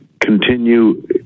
continue